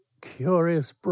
curious